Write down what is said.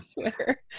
Twitter